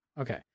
Okay